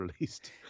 released